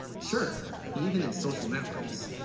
sure even in social networks